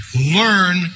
Learn